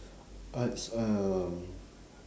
arts um